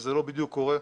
וזה לא בדיוק קורה.